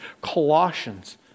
Colossians